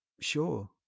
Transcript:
sure